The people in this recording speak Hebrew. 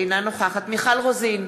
אינה נוכחת מיכל רוזין,